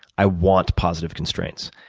i want positive constraints.